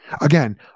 Again